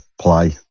play